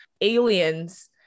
aliens